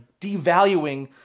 devaluing